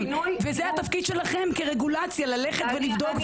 זה התפקיד שלכם כרגולציה: ללכת ולבדוק.